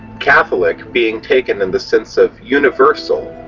catholic being taken in the sense of universal,